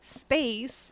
space